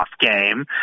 game